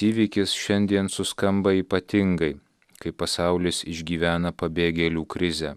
įvykis šiandien suskamba ypatingai kai pasaulis išgyvena pabėgėlių krizę